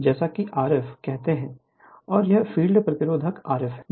जैसा कि Rf कहते हैं और यह फ़ील्ड प्रतिरोध Rf है